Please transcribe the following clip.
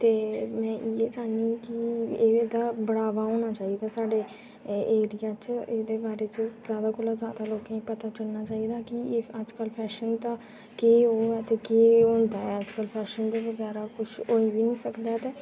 ते में इ'यै चाहन्नीं के एह्दा बढ़ावा होना चाहिदा साढ़े एरिया च एह्दे बारै च जादै कोला जादै लोकें गी पता चलना चाहिदा की अजकल फैशन दा केह् ओह् ऐ ते केह् होंदा फैशन दे बारै च बगैरा कुछ होई बी सकदा ते